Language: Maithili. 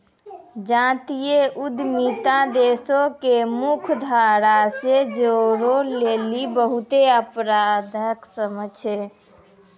जातीय उद्यमिता देशो के मुख्य धारा से जोड़ै लेली बहुते आवश्यक छै